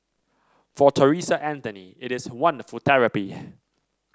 for Theresa Anthony it is wonderful therapy